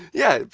yeah.